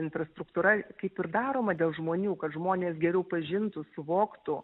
infrastruktūra kaip ir daroma dėl žmonių kad žmonės geriau pažintų suvoktų